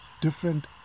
different